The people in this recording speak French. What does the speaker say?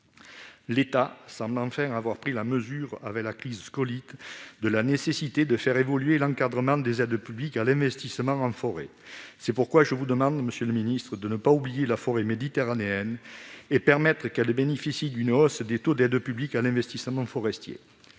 l'État semble enfin avoir pris la mesure de la nécessité de faire évoluer l'encadrement des aides publiques à l'investissement en forêt. C'est pourquoi je vous demande, monsieur le ministre, de ne pas oublier la forêt méditerranéenne et de lui permettre de bénéficier d'une hausse des taux d'aide publique à l'investissement forestier.